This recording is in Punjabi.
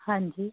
ਹਾਂਜੀ